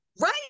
Right